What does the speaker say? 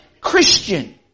Christian